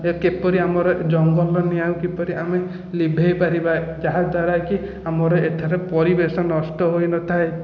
ଯେ କିପରି ଆମର ଜଙ୍ଗଲର ନିଆଁ କିପରି ଆମେ ଲିଭାଇ ପାରିବା ଯାହାଦ୍ଵାରା କି ଆମର ଏଠାରେ ପରିବେଶ ନଷ୍ଟ ହୋଇନଥାଏ